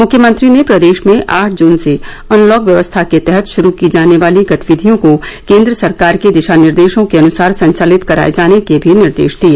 मुख्यमंत्री ने प्रदेश में आठ जून से अनलॉक व्यवस्था के तहत शुरू की जाने वाली गतिविधियों को केंद्र सरकार के दिशानिर्देशों के अनुसार संचालित कराए जाने के भी निर्देश दिए